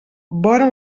vora